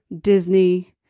Disney